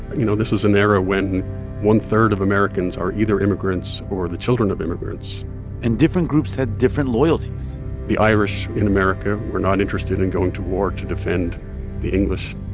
you know, this is an era when one-third of americans are either immigrants or the children of immigrants and different groups had different loyalties the irish in america were not interested in going to war to defend the english.